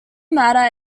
matter